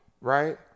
right